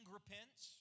repents